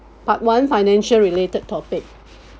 part one financial related topic